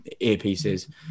earpieces